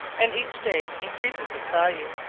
and each day increases its value.